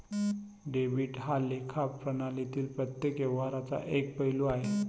debit हा लेखा प्रणालीतील प्रत्येक व्यवहाराचा एक पैलू आहे